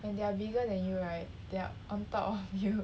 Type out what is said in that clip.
and they are bigger than you right they are on top of you